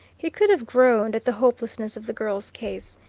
he could have groaned at the hopelessness of the girl's case.